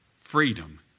freedom